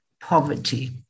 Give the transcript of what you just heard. poverty